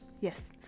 Yes